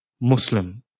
Muslim